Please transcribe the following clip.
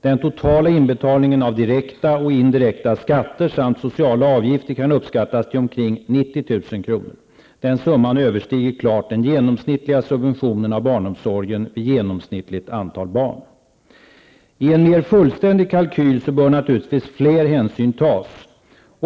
Den totala inbetalningen av direkta och indirekta skatter samt sociala avgifter kan uppskattas till omkring 90 000 kr. Den summan överstiger klart den genomsnittliga subventionen av barnomsorgen vid genomsnittligt antal barn. I en mer fullständig kalkyl bör naturligtvis fler hänsyn tas.